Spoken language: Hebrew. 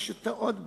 יש עוד בעיה,